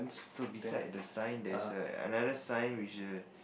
so beside the sign there's a another sign which err